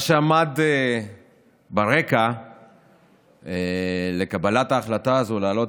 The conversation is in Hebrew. מה שעמד ברקע לקבלת ההחלטה הזאת להעלות